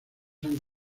han